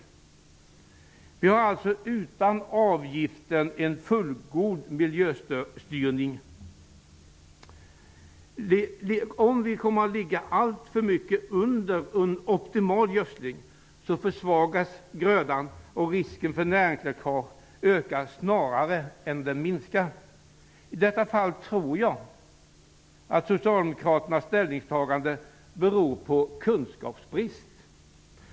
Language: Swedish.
Vi har alltså utan avgift en fullgod miljöstyrning. Om vi ligger alltför mycket under vad som är optimal gödsling försvagas grödan. Dessutom ökar risken för näringsläckage snarare än minskar. I detta fall tror jag att Socialdemokraternas ställningstagande beror på kunskapsbrist.